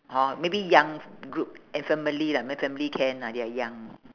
hor maybe young group eh family lah family can ah they are young